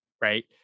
right